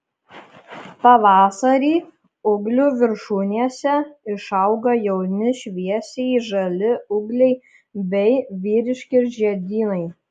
pavasarį ūglių viršūnėse išauga jauni šviesiai žali ūgliai bei vyriški žiedynai